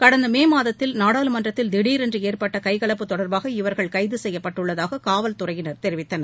கடந்த மே மாதத்தில் நாடாளுமன்றத்தில் திடீரென்று ஏற்பட்ட கைகலப்புத் தொடர்பாக இவர்கள் கைது செய்யப்பட்டுள்ளதாக காவல் துறையினர் தெரிவித்தனர்